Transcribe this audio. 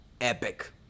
epic